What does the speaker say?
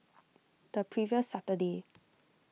the previous Saturday